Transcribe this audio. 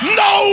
no